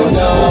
no